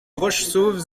rochessauve